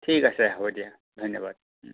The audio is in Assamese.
ঠিক আছে হ'ব দিয়া ধন্যবাদ